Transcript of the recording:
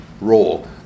role